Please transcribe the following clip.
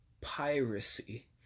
piracy